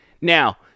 Now